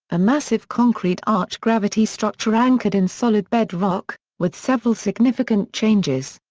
a massive concrete arch-gravity structure anchored in solid bedrock, with several significant changes.